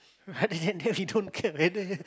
then we don't care whether